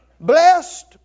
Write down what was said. Blessed